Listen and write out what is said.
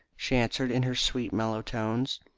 she answered in her sweet mellow tones.